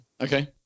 okay